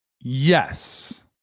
Yes